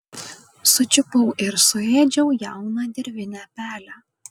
sučiupau ir suėdžiau jauną dirvinę pelę